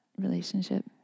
relationship